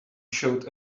showed